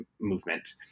movement